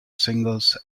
singles